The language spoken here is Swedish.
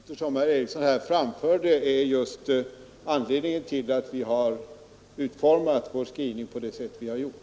Herr talman! De synpunkter som herr Eriksson i Ulfsbyn här framförde är just anledningen till att vi har utformat vår skrivning på det sätt vi har gjort.